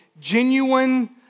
genuine